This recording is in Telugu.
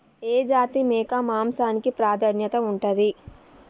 ఏ జాతి మేక మాంసానికి ప్రాధాన్యత ఉంటది?